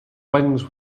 wings